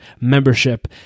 membership